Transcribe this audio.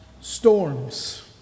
storms